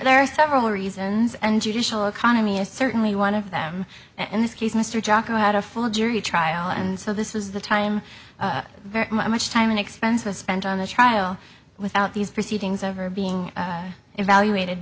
there are several reasons and judicial economy is certainly one of them and in this case mr jacko had a full jury trial and so this is the time very much time and expense was spent on the trial without these proceedings ever being evaluated